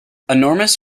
enormous